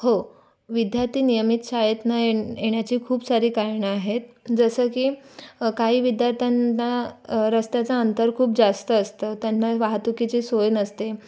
हो विद्यार्थी नियमित शाळेत न ये येण्याचे खूप सारे कारणं आहेत जसं की काही विद्यार्थ्यांना रस्त्याचं अंतर खूप जास्त असतं त्यांना वाहतुकीची सोय नसते